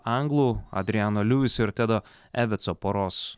anglų adriano liuiso ir tedo evetso poros